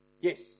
Yes